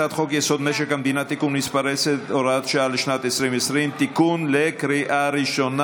שלוקחים את מטה הדיור שהיה במשרד האוצר